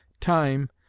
Time